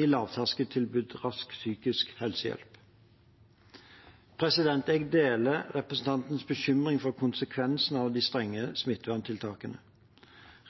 i lavterskeltilbud til rask psykisk helsehjelp. Jeg deler representantens bekymring for konsekvensene av de strenge smitteverntiltakene.